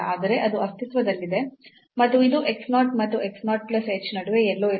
ಆದರೆ ಅದು ಅಸ್ತಿತ್ವದಲ್ಲಿದೆ ಮತ್ತು ಇದು x 0 ಮತ್ತು x 0 plus h ನಡುವೆ ಎಲ್ಲೋ ಇರುತ್ತದೆ